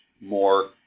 more